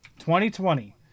2020